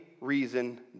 reason